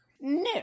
No